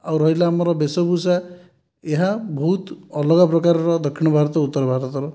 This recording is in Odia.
ଆଉ ରହିଲା ଆମର ବେଶଭୂଷା ଏହା ବହୁତ ଅଲଗା ପ୍ରକାର ଦକ୍ଷିଣ ଭାରତ ଓ ଉତ୍ତର ଭାରତର